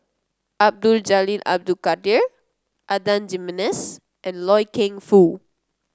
Abdul Jalil Abdul Kadir Adan Jimenez and Loy Keng Foo